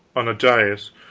on a dais,